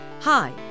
Hi